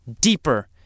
deeper